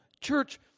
Church